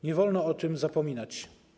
Nie wolno o tym zapominać.